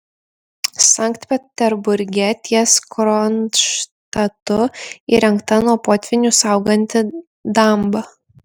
sankt peterburge ties kronštatu įrengta nuo potvynių sauganti damba